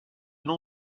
nom